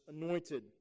anointed